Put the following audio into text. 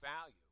value